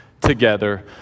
together